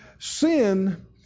Sin